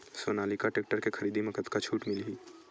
Sonalika tractor के खरीदी मा कतका छूट मीलही?